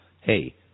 Hey